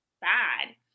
bad